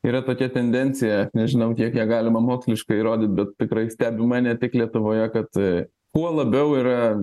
yra tokia tendencija nežinau kiek ją galima moksliškai įrodyt bet tikrai stebima ne tik lietuvoje kad kuo labiau yra